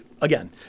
Again